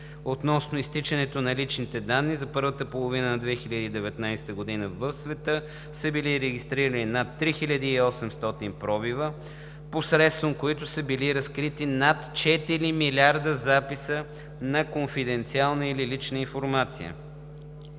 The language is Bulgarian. относно изтичането на лични данни, за първата половина на 2019 г. в света са били регистрирани над 3800 пробива, посредством които са били разкрити над 4 милиарда записа на конфиденциална или лична информация.